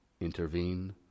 intervene